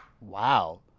Wow